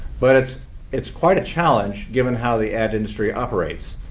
but it's it's quite a challenge, given how the ad industry operates.